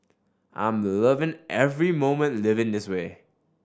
I'm loving every moment living in this way